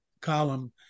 column